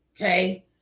okay